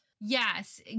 yes